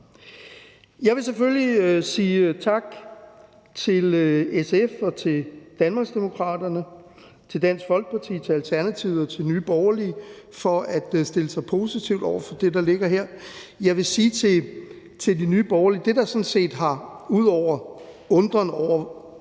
Jeg vil selvfølgelig sige tak til SF, Danmarksdemokraterne, Dansk Folkeparti, Alternativet og Nye Borgerlige for at stille sig positivt over for det, der ligger her. Jeg vil sige til Nye Borgerlige, at ud over en undren over, hvor